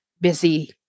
busy